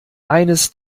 eines